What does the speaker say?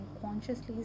consciously